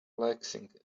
relaxing